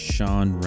Sean